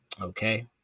Okay